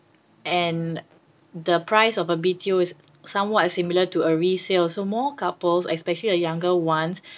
and the price of a B_T_O is somewhat similar to a resale so more couples especially the younger ones